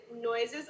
Noises